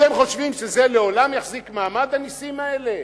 אתם חושבים שזה לעולם יחזיק מעמד, הנסים האלה?